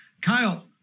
Kyle